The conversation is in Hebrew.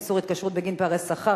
איסור התקשרות בגין פערי שכר),